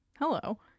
Hello